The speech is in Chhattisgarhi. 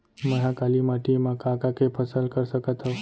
मै ह काली माटी मा का का के फसल कर सकत हव?